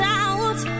out